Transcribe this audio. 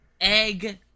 egg